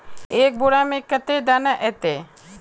एक बोड़ा में कते दाना ऐते?